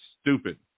stupid